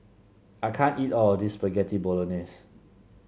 I can't eat all of this Spaghetti Bolognese